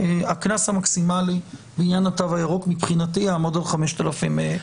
הקנס המקסימלי בעניין התו הירוק מבחינתי יעמוד על 5,000 שקלים.